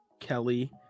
Kelly